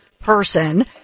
person